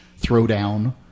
throwdown